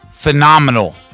Phenomenal